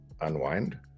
unwind